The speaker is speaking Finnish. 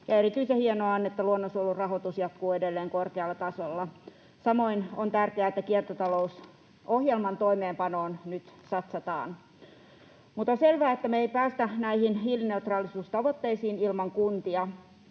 erityisen hienoa on, että luonnonsuojelun rahoitus jatkuu edelleen korkealla tasolla. Samoin on tärkeää, että kiertotalousohjelman toimeenpanoon nyt satsataan. Mutta on selvää, että me ei päästä näihin hiilineutraalisuustavoitteisiin ilman kuntia.